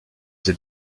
the